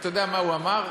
אתה יודע מה הוא אמר?